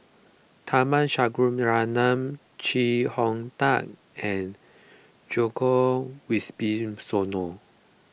Tharman Shanmugaratnam Chee Hong Tat and Djoko Wibisono